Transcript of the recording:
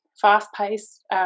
fast-paced